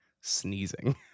sneezing